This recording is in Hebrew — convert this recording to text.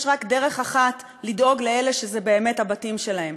יש רק דרך אחת לדאוג לאלה שזה באמת הבתים שלהם,